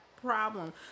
problem